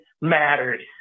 matters